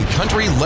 Country